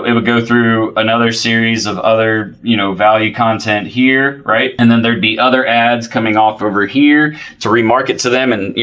and would go through another series of other you know, value content here, right? and then there would be other ads coming off over here to remarket to them and you